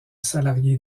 salarié